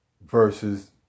versus